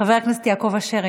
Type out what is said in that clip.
חבר הכנסת יעקב אשר,